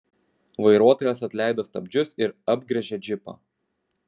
vairuotojas atleido stabdžius ir apgręžė džipą